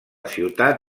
ciutat